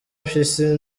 mpyisi